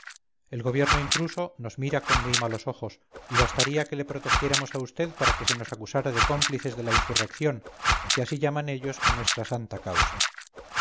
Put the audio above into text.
el gobierno intruso nos mira con muy malos ojos y bastaría que le protegiéramos a usted para que se nos acusara de cómplices de la insurrección que así llaman ellos a nuestra santa causa